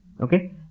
Okay